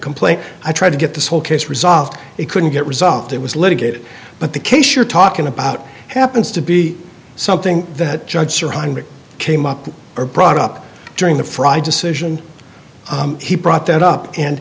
complaint i tried to get this whole case resolved it couldn't get resolved it was litigated but the case you're talking about happens to be something that judge came up or brought up during the frye decision he brought that up and